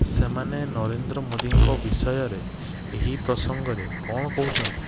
ସେମାନେ ନରେନ୍ଦ୍ର ମୋଦୀଙ୍କ ବିଷୟରେ ଏହି ପ୍ରସଙ୍ଗରେ କ'ଣ କହୁଛନ୍ତି